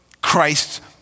Christ